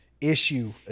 issue